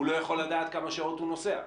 הוא לא יכול לדעת כמה שעות הוא נוסע,